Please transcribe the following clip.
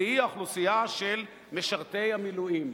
והיא האוכלוסייה של משרתי המילואים,